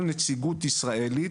כל נציגות ישראלית,